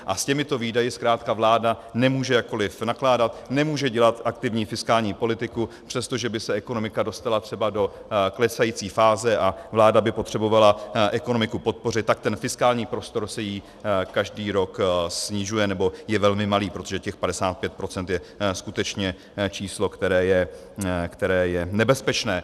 A s těmito výdaji zkrátka vláda nemůže jakkoliv nakládat, nemůže dělat aktivní fiskální politiku, přestože by se ekonomika dostala třeba do klesající fáze a vláda by potřebovala ekonomiku podpořit, tak ten fiskální prostor se jí každý rok snižuje, nebo je velmi malý, protože těch 55 % je skutečně číslo, které je nebezpečné.